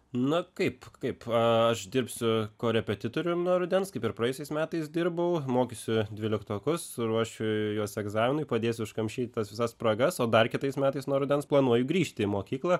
na kaip kaip aš dirbsiu korepetitorium nuo rudens kaip ir praėjusiais metais dirbau mokysiu dvyliktokus suruošiu juos egzaminui padėsiu užkamšyt tas visas spragas o dar kitais metais nuo rudens planuoju grįžti į mokyklą